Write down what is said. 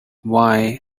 why